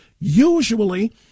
usually